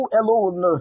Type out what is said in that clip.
alone